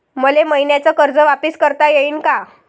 मले मईन्याचं कर्ज वापिस करता येईन का?